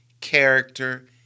character